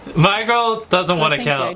my girl doesn't want to count.